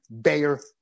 Bayer